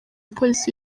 polisi